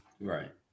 right